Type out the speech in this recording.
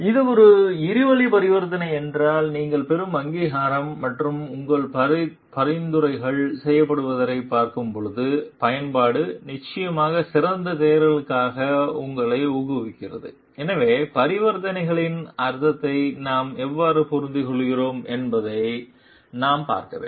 இது ஒரு இருவழி பரிவர்த்தனை என்றால் நீங்கள் பெறும் அங்கீகாரம் மற்றும் உங்கள் பரிந்துரைகள் செயல்படுத்தப்படுவதைப் பார்க்கும் போது பயன்பாடு நிச்சயமாக சிறந்த செயல்திறனுக்காக உங்களை ஊக்குவிக்கிறது எனவே பரிவர்த்தனைகளின் அர்த்தத்தை நாம் எவ்வாறு புரிந்துகொள்கிறோம் என்பதை நாம் பார்க்க வேண்டும்